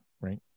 right